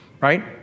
Right